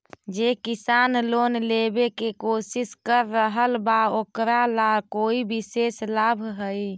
जे किसान लोन लेवे के कोशिश कर रहल बा ओकरा ला कोई विशेष लाभ हई?